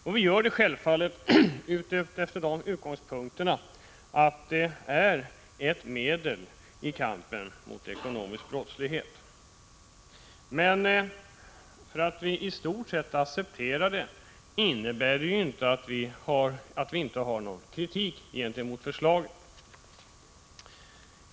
Vi gör det självfallet efter de utgångspunkterna att det är en del i kampen mot ekonomisk brottslighet. Men det förhållandet att vi i stort sett accepterar förslaget innebär inte att vi inte har någon kritik mot det.